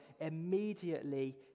immediately